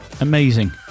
Amazing